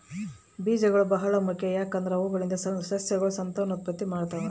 ಬೀಜಗಳು ಬಹಳ ಮುಖ್ಯ, ಯಾಕಂದ್ರೆ ಅವುಗಳಿಂದ ಸಸ್ಯಗಳು ಸಂತಾನೋತ್ಪತ್ತಿ ಮಾಡ್ತಾವ